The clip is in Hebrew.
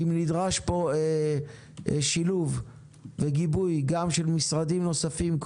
אם נדרש פה שילוב וגיבוי גם של משרדים נוספים,